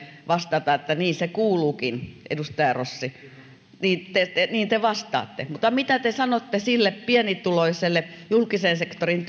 vastata että niin se kuuluukin edustaja rossi niin te vastaatte mutta mitä te sanotte sille pienituloiselle julkisen sektorin